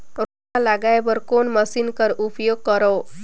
रोपा लगाय बर कोन मशीन कर उपयोग करव?